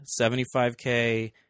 75k